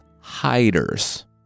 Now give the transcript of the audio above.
hiders